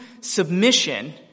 submission